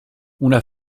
una